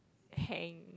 hang